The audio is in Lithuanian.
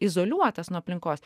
izoliuotas nuo aplinkos